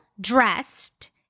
dressed